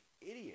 idiot